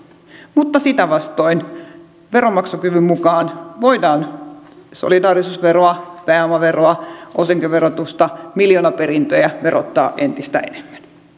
mutta sitä vastoin veronmaksukyvyn mukaan voidaan solidaarisuusveroa pääomaveroa osinkoverotusta miljoonaperintöjä verottaa entistä enemmän